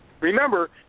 Remember